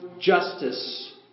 justice